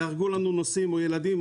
ייהרגו לנו נוסעים או ילדים,